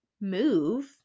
move